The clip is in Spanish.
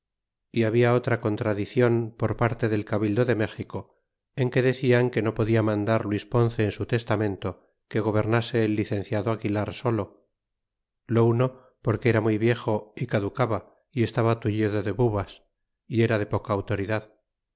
y halda otra contradicion por parte del cabildo de mexico en que decian que no podia mandar luis ponce en su testamento que gobernase el ricen ciado aguilar solo lo uno porque era muy viejo y caducaba y estaba tullido de bubas y era de poca autoridad